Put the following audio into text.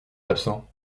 absent